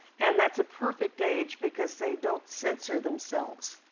and that's a perfect age, because they don't censor themselves.